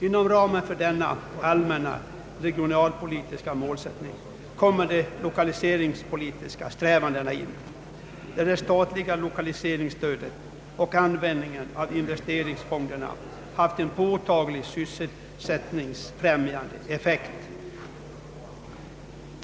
Inom ramen för denna allmänna regionalpolitiska målsättning kommer de 1lokaliseringspolitiska strävandena = in, och där har det statliga lokaliseringsstödet och användningen av investeringsfonderna haft en påtaglig sysselsättningsfrämjande effekt.